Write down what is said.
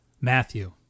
Matthew